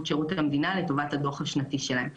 שירות המדינה לטובת הדו"ח השנתי שלהם.